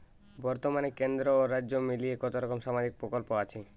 বতর্মানে কেন্দ্র ও রাজ্য মিলিয়ে কতরকম সামাজিক প্রকল্প আছে?